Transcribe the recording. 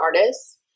artists